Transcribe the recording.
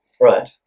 right